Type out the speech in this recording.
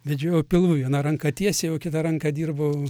vedžiojau pilvu vieną ranką tiesiai o kitą ranką dirbau